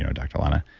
ah dr. alana.